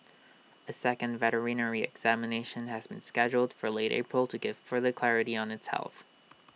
A second veterinary examination has been scheduled for late April to give further clarity on its health